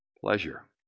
pleasure